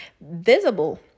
visible